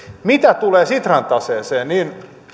mitä tulee sitran taseeseen niin